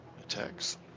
attacks